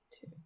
Two